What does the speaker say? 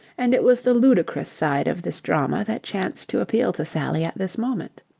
and it was the ludicrous side of this drama that chanced to appeal to sally at this moment.